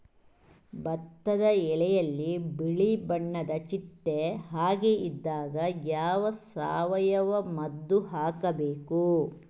ಭತ್ತದ ಎಲೆಯಲ್ಲಿ ಬಿಳಿ ಬಣ್ಣದ ಚಿಟ್ಟೆ ಹಾಗೆ ಇದ್ದಾಗ ಯಾವ ಸಾವಯವ ಮದ್ದು ಹಾಕಬೇಕು?